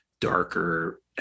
darker